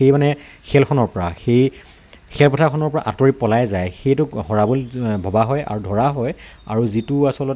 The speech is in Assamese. সেই মানে খেলখনৰ পৰা সেই খেলপথাৰখনৰ পৰা আঁতৰি পলাই যায় সেইটোক হৰা বুলি ভবা হয় আৰু ধৰা হয় আৰু যিটো আচলতে